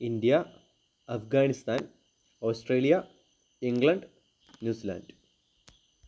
India Afghanistan Australia England New Zealand